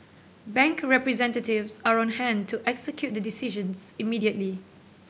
bank representatives are on hand to execute the decisions immediately